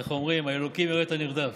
איך אומרים, האלוקים רואה את הנרדף.